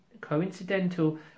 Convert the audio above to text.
coincidental